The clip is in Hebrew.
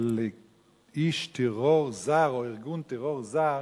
של איש טרור זר או ארגון טרור זר,